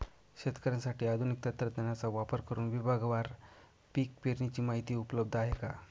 शेतकऱ्यांसाठी आधुनिक तंत्रज्ञानाचा वापर करुन विभागवार पीक पेरणीची माहिती उपलब्ध आहे का?